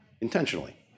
intentionally